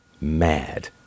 mad